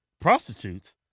Prostitutes